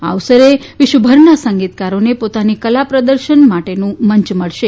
આ અવસરે વિશ્વભરના સંગીતકારોને પોતાની કલા પ્રદર્શન માટેનો મંચ મળશે